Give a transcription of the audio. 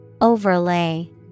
Overlay